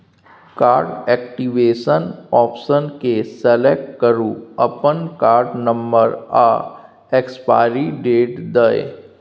card activation option केँ select करु अपन कार्ड नंबर आ एक्सपाइरी डेट दए